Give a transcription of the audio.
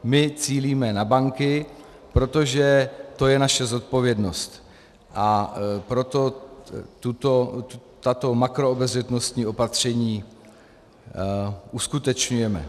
My cílíme na banky, protože to je naše zodpovědnost, a proto tato makroobezřetnostní opatření uskutečňujeme.